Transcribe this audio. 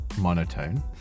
monotone